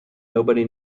nobody